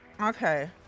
Okay